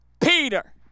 Peter